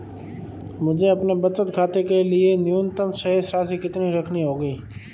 मुझे अपने बचत खाते के लिए न्यूनतम शेष राशि कितनी रखनी होगी?